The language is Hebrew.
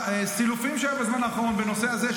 הסילופים שהיו בזמן האחרון בנושא הזה,